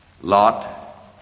Lot